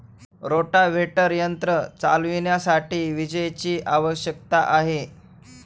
rotavator यंत्र चालविण्यासाठी विजेची आवश्यकता आहे